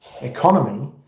economy